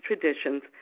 traditions